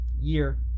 year